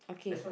okay